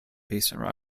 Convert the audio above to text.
basement